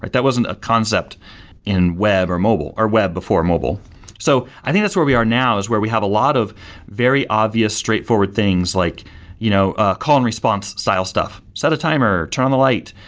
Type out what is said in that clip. but that wasn't a concept in web, or mobile, or web before mobile so i think that's where we are now, is where we have a lot of very obvious straightforward things like you know ah call and response style stuff set a timer, turn on the light.